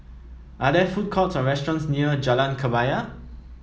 are there food courts or restaurants near Jalan Kebaya